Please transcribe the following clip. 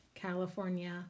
California